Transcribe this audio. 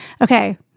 Okay